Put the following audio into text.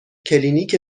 کلینیک